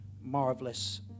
marvelous